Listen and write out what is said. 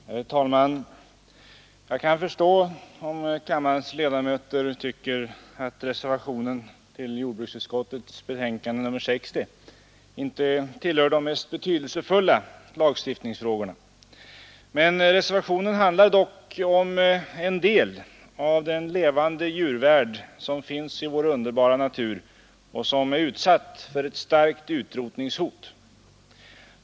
Herr talman! Jag kan förstå om kammarens ledamöter tycker att den fråga som tas upp i reservationen till jordbruksutskottets betänkande nr 60 inte tillhör de mest betydelsefulla lagstiftningsfrågorna. Reservationen handlar dock om en del av den levande djurvärld som finns i vår underbara natur och som är utsatt för ett starkt utrotningshot.